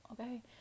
okay